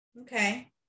Okay